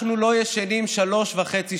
אנחנו לא ישנים שלוש שנים וחצי,